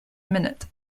minute